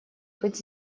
быть